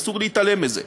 אסור להתעלם מזה.